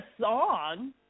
song